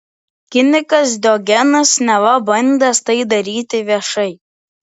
kinikas diogenas neva bandęs tai daryti viešai